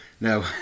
No